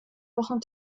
wochen